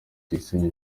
tuyisenge